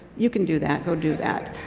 you can do that, go do that.